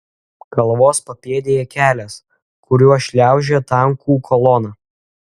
kalvos papėdėje kelias kuriuo šliaužia tankų kolona